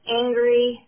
angry